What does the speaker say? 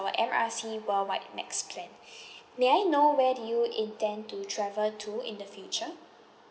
M R C worldwide max plan may I know where do you intend to travel to in the future